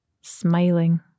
smiling